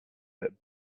but